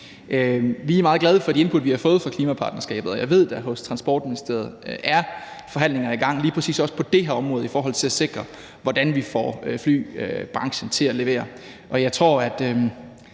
Vi er meget glade for de input, vi har fået fra klimapartnerskabet, og jeg ved, at der hos Transportministeriet er forhandlinger i gang lige præcis også på det her område i forhold til at sikre, hvordan vi får flybranchen til at levere. Jeg vil